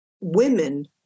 women